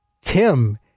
Tim